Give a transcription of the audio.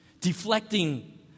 deflecting